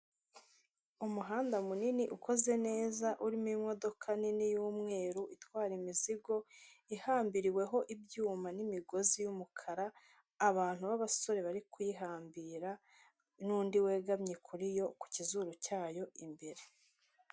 Umuhanda munini ukoze neza urimo imodoka nini y'umweru itwara imizigo, ihambiriweho ibyuma n'imigozi y'umukara. Abantu b'abasore bari kuyihambira, n'undi wegamye kuri yo ku kizuru cyayo imbere.